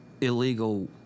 Illegal